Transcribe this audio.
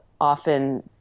often